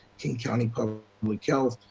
king county public like health,